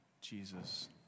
Jesus